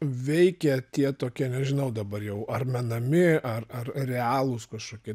veikė tie tokie nežinau dabar jau ar menami ar ar realūs kažkokie